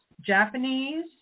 Japanese